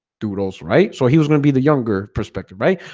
dude all right, so he was gonna be the younger perspective, right?